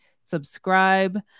subscribe